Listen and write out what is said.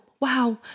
Wow